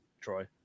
Troy